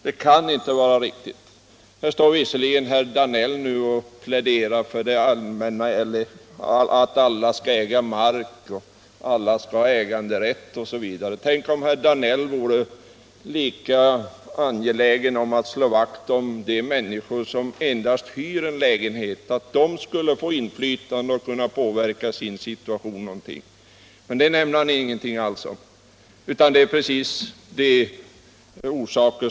Det kan inte vara riktigt. Herr Danell pläderar visserligen för att alla skall ha äganderätt och kunna äga mark. Tänk om herr Danell vore lika angelägen att slå vakt om att de människor som endast hyr en lägenhet skulle få inflytande och kunna påverka sin situation. Det nämnde han ingenting om.